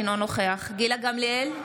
אינו נוכח גילה גמליאל,